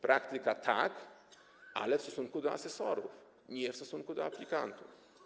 Praktyka - tak, ale w stosunku do asesorów, nie w stosunku do aplikantów.